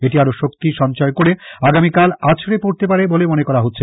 এটি আরো শক্তি সঞ্চয় করে আগামীকাল আছড়ে পড়তে পারে বলে মনে করা হচ্ছে